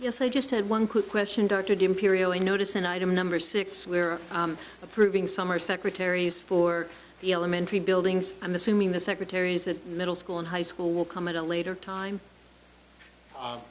yes i just had one quick question darted imperial i notice an item number six where approving summer secretaries for the elementary buildings i'm assuming the secretaries at middle school and high school will come at a later time